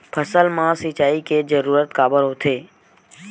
फसल मा सिंचाई के जरूरत काबर होथे?